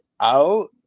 out